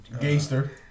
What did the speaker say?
Gangster